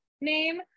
name